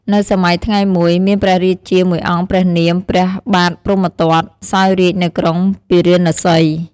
នៅសម័យថ្ងៃមួយ មានព្រះរាជាមួយអង្គព្រះនាម ព្រះបាទព្រហ្មទត្ត សោយរាជ្យនៅក្រុងពារាណសី។